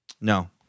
No